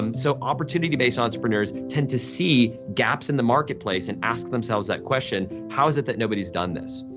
um so, opportunity-based entrepreneurs tend to see gaps in the marketplace and ask themselves that question, how is it that nobody's done this.